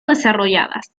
desarrolladas